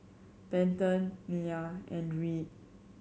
Benton Miya and Reed